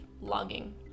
logging